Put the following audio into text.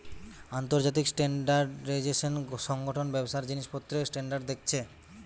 আন্তর্জাতিক স্ট্যান্ডার্ডাইজেশন সংগঠন ব্যবসার জিনিসপত্রের স্ট্যান্ডার্ড দেখছে